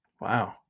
Wow